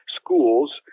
schools